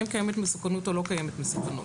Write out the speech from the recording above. האם קיימת מסוכנות או לא קיימת מסוכנות.